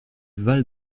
val